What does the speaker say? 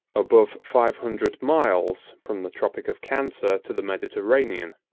above five hundred miles from the tropic of cancer to the mediterranean,